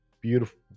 Beautiful